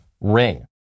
Ring